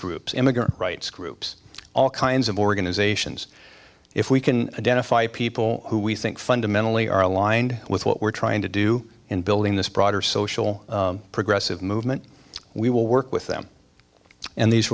groups immigrant rights groups all kinds of organizations if we can identify people who we think fundamentally are aligned with what we're trying to do in building this broader social progressive movement we will work with them and these